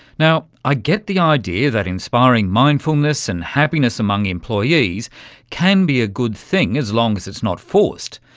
now, i get the idea that inspiring mindfulness and happiness among employees can be a good thing as long as it's not forced.